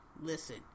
listen